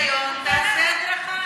תקבל רישיון, תעשה הדרכה.